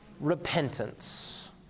repentance